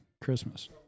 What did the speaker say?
Christmas